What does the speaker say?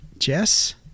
Jess